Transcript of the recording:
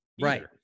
Right